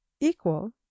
equal